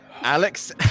Alex